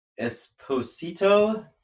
Esposito